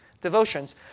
devotions